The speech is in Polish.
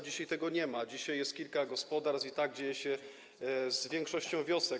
Dzisiaj tego nie ma, dzisiaj jest kilka gospodarstw i tak dzieje się z większością wiosek.